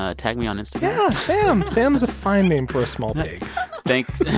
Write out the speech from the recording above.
ah tag me on instagram yeah, sam. sam's a fine name for a small pig thanks.